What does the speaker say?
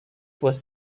was